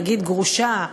נגיד גרושה,